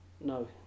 no